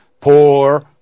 Poor